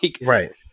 right